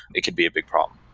it could be a big problem.